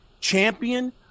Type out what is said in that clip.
champion